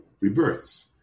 rebirths